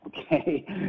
okay